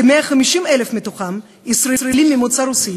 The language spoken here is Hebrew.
כ-150,000 מתוכם ישראלים ממוצא רוסי